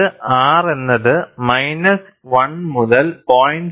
ഇത് R എന്നത് minus 1 മുതൽ 0